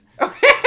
Okay